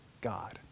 God